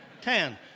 Ten